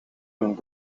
een